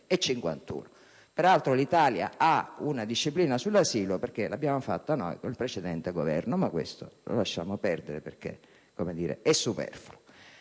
1951. Peraltro, l'Italia ha una disciplina sull'asilo perché l'abbiamo varata noi con il precedente Governo, ma lasciamo perdere questo aspetto